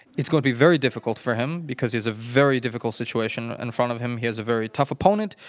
it's going to be very difficult for him, because he has a very difficult situation in front of him. he has a very tough opponent.